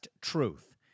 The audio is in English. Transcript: Truth